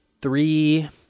three